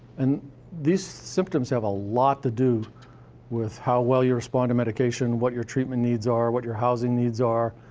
and these symptoms have a lot to do with how well you respond to medication, what your treatment needs are, what your housing needs are,